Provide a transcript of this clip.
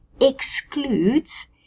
excludes